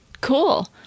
cool